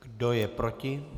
Kdo je proti?